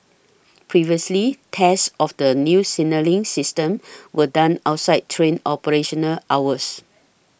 previously tests of the new signalling system were done outside train operational hours